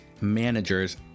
managers